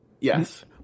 Yes